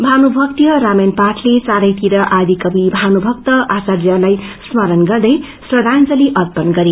भानुभक्तीय राामायण पाठले चारतिर आदि कवि भानुभक्त आचायलाई स्मरण गर्दै श्रदाजंली अर्पण गरे